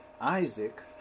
Isaac